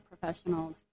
professionals